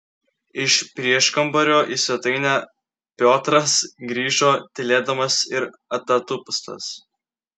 iš prieškambario į svetainę piotras grįžo tylėdamas ir atatupstas